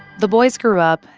the boys grew up,